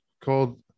called